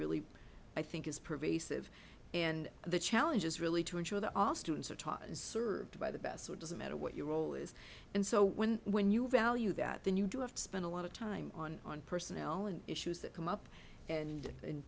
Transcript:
really i think is pervasive and the challenge is really to ensure that all students are taught and served by the best doesn't matter what your role is and so when when you value that then you do have to spend a lot of time on on personnel and issues that come up and